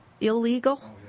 illegal